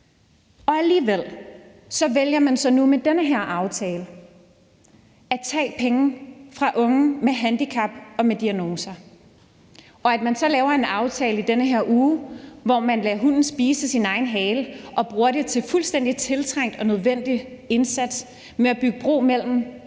er. Alligevel vælger man nu med den her aftale at tage penge fra unge med handicap og med diagnoser, og at man så i den her uge laver en aftale, hvor man lader hunden spise af sin egen hale og bruger pengene til en fuldstændig tiltrængt og nødvendig indsats for at bygge bro mellem